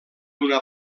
una